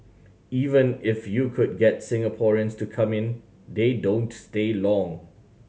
even if you could get Singaporeans to come in they don't stay long